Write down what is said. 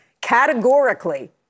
categorically